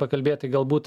pakalbėti galbūt